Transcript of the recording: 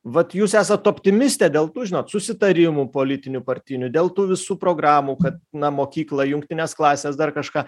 vat jūs esat optimistė dėl tų žinot susitarimų politinių partinių dėl tų visų programų kad na mokykla jungtinės klasės dar kažką